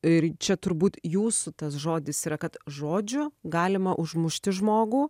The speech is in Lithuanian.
ir čia turbūt jūsų tas žodis yra kad žodžiu galima užmušti žmogų